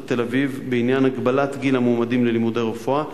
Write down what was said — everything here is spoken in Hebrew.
תל-אביב בעניין הגבלת גיל המועמדים ללימודי רפואה,